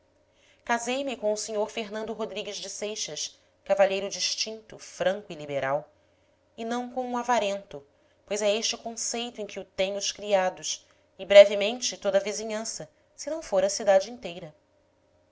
felicidade casei me com o sr fernando rodrigues de seixas cavalheiro distinto franco e liberal e não com um avarento pois é este o conceito em que o têm os criados e brevemente toda a vizinhança se não for a cidade inteira